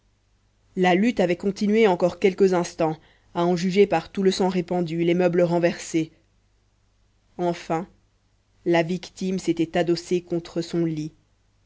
la lutte avait continué encore quelques instants à en juger par tout le sang répandu les meubles renversés enfin la victime s'était adossée contre son lit